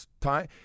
time